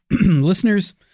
listeners